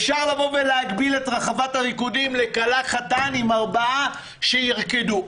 אפשר להגביל את רחבת הריקודים לכלה וחתן עם ארבעה שירקדו.